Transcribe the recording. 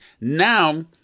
Now